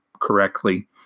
correctly